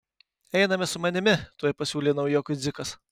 einame su manimi tuoj pasiūlė naujokui dzikas